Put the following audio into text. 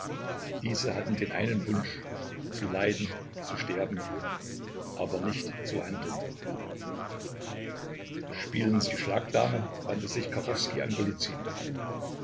diese hatten den einen wunsch zu leiden zu sterben aber nicht zu handeln spielen sie schlagdame wandte sich kachowskij an